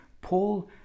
Paul